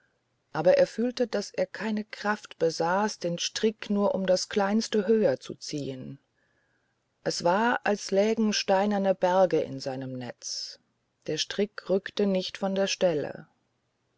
aber er fühlte daß er keine kraft besaß den strick nur um das kleinste höher zu ziehen es war als lägen steinerne berge in seinem netz der strick rückte nicht von der stelle